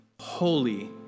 holy